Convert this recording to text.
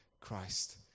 Christ